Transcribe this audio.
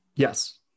Yes